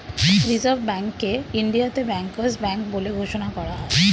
reserve ব্যাঙ্ককে ইন্ডিয়াতে bankers bank বলে ঘোষণা করা হয়